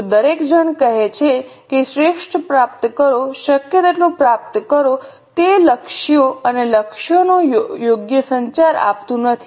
જો દરેક જણ કહે છે કે શ્રેષ્ઠ પ્રાપ્ત કરો શક્ય તેટલું પ્રાપ્ત કરો તે લક્ષ્યો અને લક્ષ્યોનો યોગ્ય સંચાર આપતું નથી